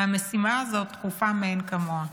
והמשימה הזאת דחופה מאין כמוה.